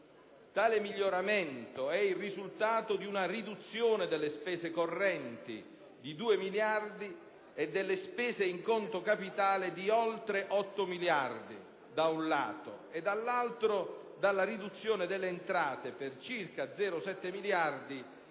Tale miglioramento è il risultato di una riduzione delle spese correnti di 2 miliardi e delle spese in conto capitale di oltre 8 miliardi, da un lato, e, dall'altro, della riduzione delle entrate per circa 0,7 miliardi